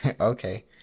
Okay